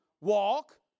walk